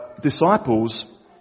Disciples